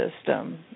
system